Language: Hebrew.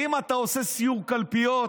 האם אתה עושה סיור קלפיות,